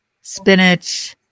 spinach